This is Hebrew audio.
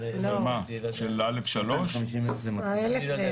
הוא אמר